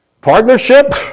Partnership